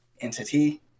entity